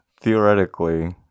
theoretically